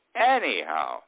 Anyhow